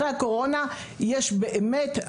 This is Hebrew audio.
אחרי הקורונה יש באמת,